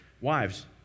wives